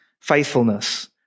faithfulness